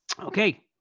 Okay